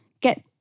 get